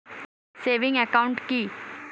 Savings account কি?